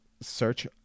search